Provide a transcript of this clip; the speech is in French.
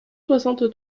soixante